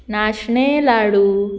नाशणें लाडू